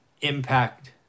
impact